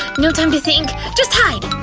no time to think, just hide!